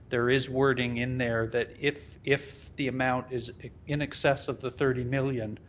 there is wording in there that if if the amount is in excess of the thirty million,